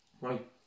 Right